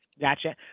Gotcha